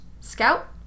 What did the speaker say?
Scout